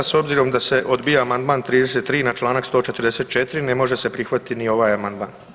S obzirom da se odbija amandman 33 na čl. 144. ne može se prihvatiti ni ovaj amandman.